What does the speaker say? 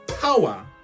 power